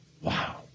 wow